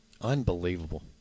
Unbelievable